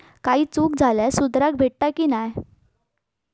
काही चूक झाल्यास सुधारक भेटता की नाय?